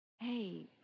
Hey